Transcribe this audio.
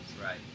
Right